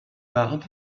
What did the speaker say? ward